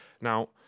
Now